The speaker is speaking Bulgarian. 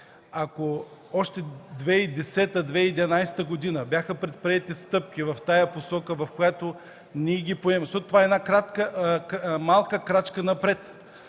ако още 2010-2011 г. бяха предприети стъпки в тази посока, в която ние поемаме, защото това е една малка крачка напред